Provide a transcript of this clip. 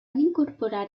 incorporar